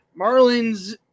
Marlins